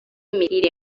imirire